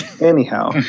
Anyhow